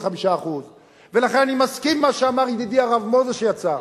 35%. ולכן אני מסכים עם מה שאמר ידידי הרב מוזס שיצא: